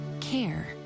care